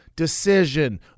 decision